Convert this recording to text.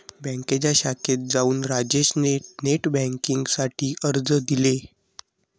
बँकेच्या शाखेत जाऊन राजेश ने नेट बेन्किंग साठी अर्ज दिले